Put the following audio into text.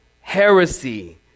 heresy